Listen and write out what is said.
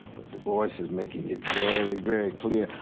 du bois is making it very, very clear.